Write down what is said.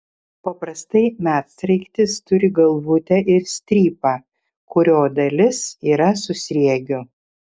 paprastai medsraigtis turi galvutę ir strypą kurio dalis yra su sriegiu